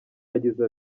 yagize